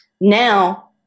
Now